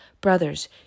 Brothers